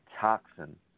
toxin